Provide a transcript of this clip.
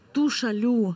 tų šalių